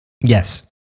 yes